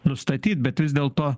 nustatyt bet vis dėlto